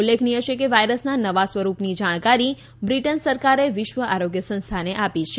ઉલ્લેખનીય છે કે વાયરસના નવા સ્વરૂપનું જાણકારી બ્રિટન સરકારે વિશ્વ આરોગ્ય સંસ્થાને આપી છે